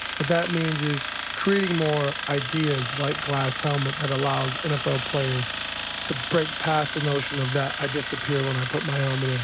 what that means is creating more ideas like glass helmet that allows nfl players to break past the notion of that i disappear when i put my um and